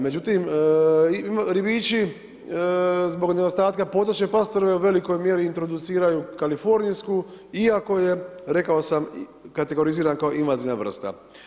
Međutim, ribiča, zbog nedostatka potočne pastrve, u velikoj mjeri introduciraju kalifornijsku iako je rekao sam kategoriziram kao invazivna vrsta.